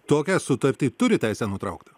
tokią sutartį turi teisę nutraukti